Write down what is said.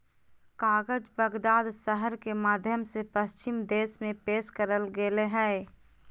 कागज बगदाद शहर के माध्यम से पश्चिम देश में पेश करल गेलय हइ